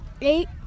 Eight